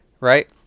right